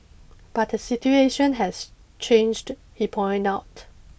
but the situation has changed he pointed out